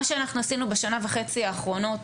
מה שאנחנו עשינו בשנה וחצי האחרונות,